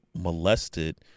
molested